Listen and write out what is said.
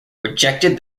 rejected